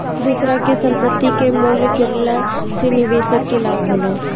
दूसरा के संपत्ति कअ मूल्य गिरला से निवेशक के लाभ होला